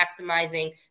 maximizing